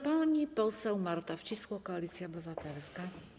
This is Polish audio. Pani poseł Marta Wcisło, Koalicja Obywatelska.